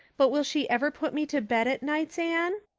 but will she ever put me to bed at nights, anne?